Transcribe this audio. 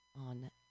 on